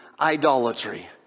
idolatry